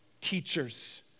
teachers